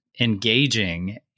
engaging